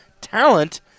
talent